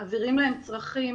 מעבירים להם צרכים